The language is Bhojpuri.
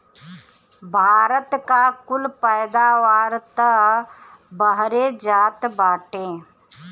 भारत का कुल पैदावार तअ बहरे जात बाटे